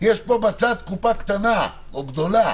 יש פה בצד קופה קטנה או גדולה